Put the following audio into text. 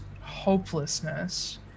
hopelessness